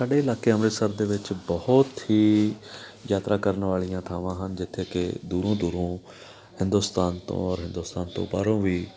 ਸਾਡੇ ਇਲਾਕੇ ਅੰਮ੍ਰਿਤਸਰ ਦੇ ਵਿੱਚ ਬਹੁਤ ਹੀ ਯਾਤਰਾ ਕਰਨ ਵਾਲੀਆਂ ਥਾਵਾਂ ਹਨ ਜਿੱਥੇ ਕਿ ਦੂਰੋਂ ਦੂਰੋਂ ਹਿੰਦੁਸਤਾਨ ਤੋਂ ਔਰ ਹਿੰਦੁਸਤਾਨ ਤੋਂ ਬਾਹਰੋਂ ਵੀ